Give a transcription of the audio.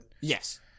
Yes